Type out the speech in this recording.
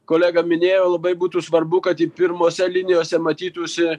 kolega minėjo labai būtų svarbu kad pirmose linijose matytųsi